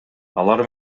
алар